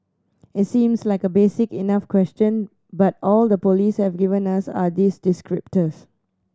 it seems like a basic enough question but all the police have given us are these descriptors